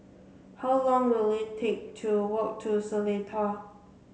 how long will it take to walk to Seletar